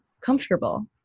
comfortable